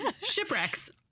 Shipwrecks